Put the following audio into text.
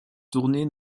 tournait